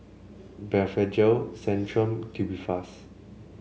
Blephagel Centrum and Tubifast